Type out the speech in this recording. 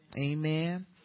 Amen